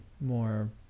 more